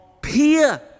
peer